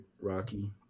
Rocky